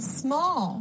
small